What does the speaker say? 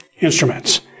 instruments